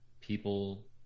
people